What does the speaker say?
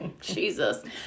Jesus